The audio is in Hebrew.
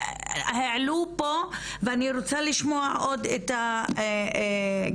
העלו פה ואני רוצה עוד לשמוע את הגברת